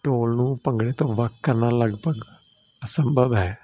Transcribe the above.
ਢੋਲ ਨੂੰ ਭੰਗੜੇ ਤੋਂ ਵੱਖ ਕਰਨਾ ਲਗਭਗ ਅਸੰਭਵ ਹੈ